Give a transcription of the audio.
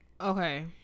Okay